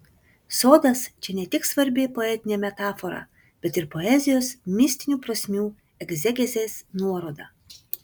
sodas čia ne tik svarbi poetinė metafora bet ir poezijos mistinių prasmių egzegezės nuoroda